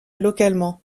localement